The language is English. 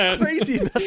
Crazy